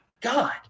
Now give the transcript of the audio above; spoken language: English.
God